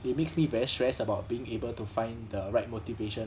it makes me very stressed about being able to find the right motivation